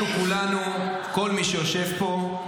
כולנו, כל מי שיושב פה,